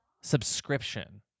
subscription